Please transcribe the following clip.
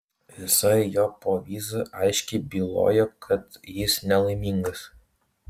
visa jo povyza aiškiai bylojo kad jis nelaimingas